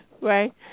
Right